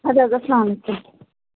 اَدٕ حظ اسلام علیکُم